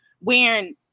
wearing